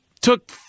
took